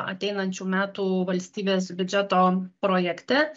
ateinančių metų valstybės biudžeto projekte